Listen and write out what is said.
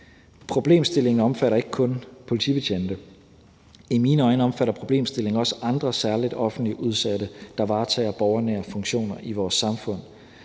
Problemstillingen omfatter ikke kun politibetjente; i mine øjne omfatter problemstillingen også andre særligt offentligt udsatte, der varetager borgernære funktioner i vores samfund.